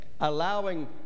allowing